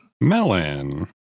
Melon